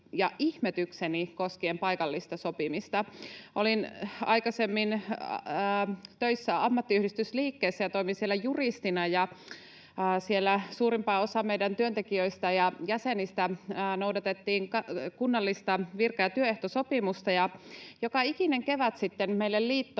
ja ihmetykseni koskien paikallista sopimista. Olin aikaisemmin töissä ammattiyhdistysliikkeessä ja toimin siellä juristina, ja siellä suurimpaan osaan meidän työntekijöistä ja jäsenistä noudatettiin kunnallista virka- ja työehtosopimusta. Joka ikinen kevät sitten meille liittoon